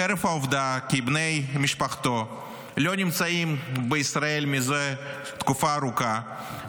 חרף העובדה כי בני משפחתו לא נמצאים בישראל זה תקופה ארוכה,